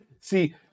See